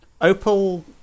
Opal